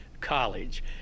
College